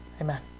Amen